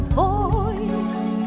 voice